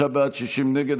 55 בעד, 60 נגד.